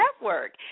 Network